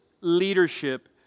leadership